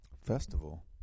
festival